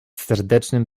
serdecznym